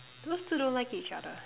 those two don't like each other